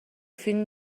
فیلم